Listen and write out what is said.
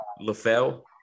LaFell